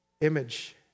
image